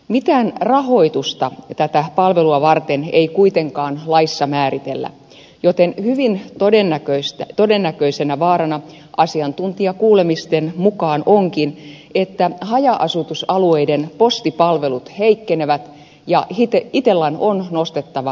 mitään rahoitusta tätä palvelua varten ei kuitenkaan laissa määritellä joten hyvin todennäköisenä vaarana asiantuntijakuulemisten mukaan onkin että haja asutusalueiden postipalvelut heikkenevät ja itellan on nostettava hintojaan